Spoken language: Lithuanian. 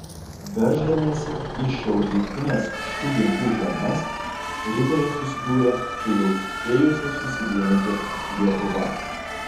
verždamiesi į šiaurrytines šių genčių žemes riteriai susidūrė su jau spėjusia susivienyti lietuva